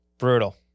brutal